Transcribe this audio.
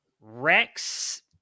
Rex